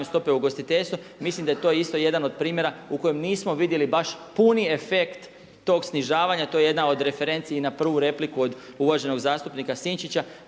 stopa ugostiteljstvu. Mislim da je to isto jedan od primjera u kojem nismo vidjeli baš puni efekt tog snižavanja. To je jedna od referenci i na prvu repliku od uvaženog zastupnika Sinčića,